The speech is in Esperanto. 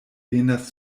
venas